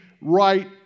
right